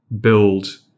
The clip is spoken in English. build